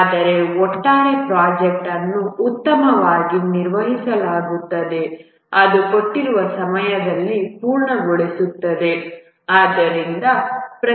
ಆದರೆ ಒಟ್ಟಾರೆ ಪ್ರೊಜೆಕ್ಟ್ ಅನ್ನು ಉತ್ತಮವಾಗಿ ನಿರ್ವಹಿಸಲಾಗುತ್ತದೆ ಅದು ಕೊಟ್ಟಿರುವ ಸಮಯದಲ್ಲಿ ಪೂರ್ಣಗೊಳ್ಳುತ್ತದೆ